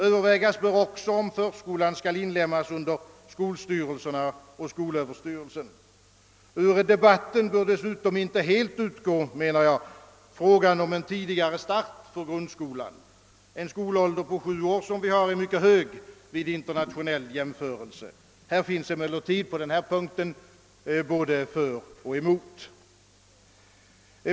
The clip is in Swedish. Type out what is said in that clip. Övervägas bör också om förskolan skall sortera under skolstyrelserna och skolöverstyrelsen. Frågan om en tidigare start för grundskolan bör dessutom enligt min mening inte helt utgå ur debatten. Den skolstart vid sju års ålder som vi har är mycket sen internationellt sett. På denna punkt finns det emellertid argument både för och emot.